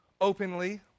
openly